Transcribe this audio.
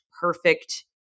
perfect